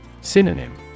Synonym